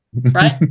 Right